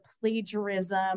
plagiarism